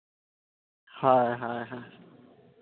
ᱦᱚ ᱦᱳᱭ ᱦᱳᱭ